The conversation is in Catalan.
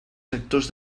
sectors